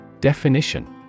Definition